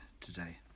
today